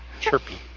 Chirpy